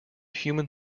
human